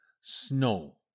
snow